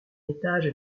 étage